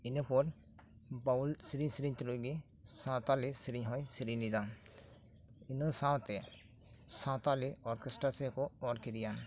ᱤᱱᱟᱹᱯᱚᱨ ᱵᱟᱣᱩᱞ ᱥᱮᱹᱨᱮᱹᱧ ᱥᱮᱹᱨᱮᱹᱧ ᱛᱩᱞᱩᱡ ᱜᱮ ᱥᱟᱶᱛᱟᱞᱤ ᱥᱮᱹᱨᱮᱹᱧ ᱦᱚᱸᱭ ᱥᱮᱹᱨᱮᱹᱧ ᱞᱮᱫᱟ ᱤᱱᱟᱹ ᱥᱟᱶᱛᱮ ᱥᱟᱶᱛᱟᱞᱤ ᱚᱨᱠᱮᱥᱴᱟᱨ ᱥᱮᱫ ᱠᱚ ᱚᱨ ᱠᱮᱫᱮᱭᱟ